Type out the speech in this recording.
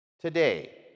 today